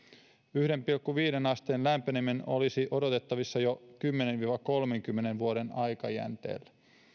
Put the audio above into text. yhteen pilkku viiteen asteen lämpeneminen olisi odotettavissa jo kymmenen viiva kolmenkymmenen vuoden aikajänteellä